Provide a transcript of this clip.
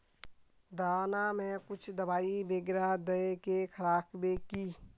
दाना में कुछ दबाई बेगरा दय के राखबे की?